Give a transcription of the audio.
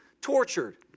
tortured